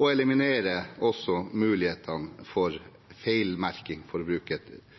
og også eliminere mulighetene for helmerking, for å bruke et